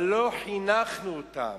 אבל לא חינכנו אותם.